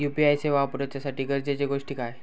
UPI सेवा वापराच्यासाठी गरजेचे गोष्टी काय?